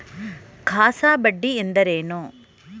CASA ಬಡ್ಡಿ ಎಂದರೇನು?